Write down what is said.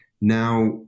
Now